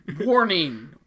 Warning